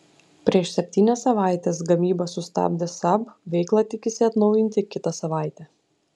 prieš septynias savaites gamybą sustabdęs saab veiklą tikisi atnaujinti kitą savaitę